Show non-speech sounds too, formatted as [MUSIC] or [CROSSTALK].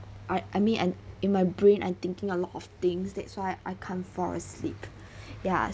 I I mean and in my brain I'm thinking a lot of things that's why I can't fall asleep [BREATH] ya